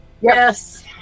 Yes